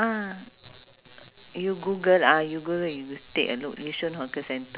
uh but we went there for breakfast and that hawker centre don't have market